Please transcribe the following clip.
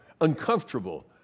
uncomfortable